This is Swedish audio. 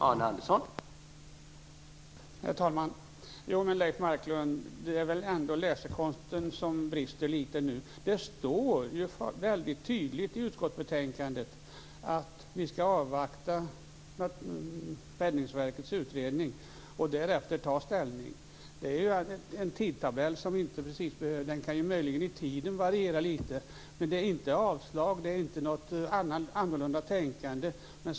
Herr talman! Men, Leif Marklund, det är väl ändå läsekonsten som brister litet nu. Det står ju väldigt tydligt i utskottsbetänkandet att vi skall avvakta Räddningsverkets utredning och därefter ta ställning. Det är en tidtabell som möjligen kan variera litet, men det är inte fråga om avslag eller om något annorlunda tänkande.